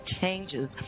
changes